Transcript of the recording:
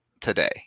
today